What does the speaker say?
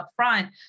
upfront